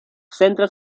centra